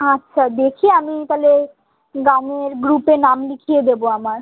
আচ্ছা দেখি আমি তালে গানের গ্রুপে নাম লিখিয়ে দেবো আমার